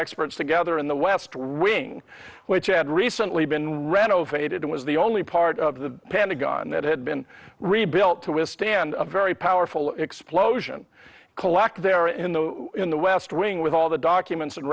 experts together in the west wing which had recently been renovated it was the only part of the pentagon that had been rebuilt to withstand a very powerful explosion kalac there in the in the west wing with all the documents and